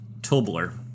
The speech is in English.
Tobler